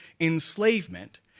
enslavement